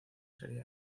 serie